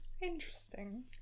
Interesting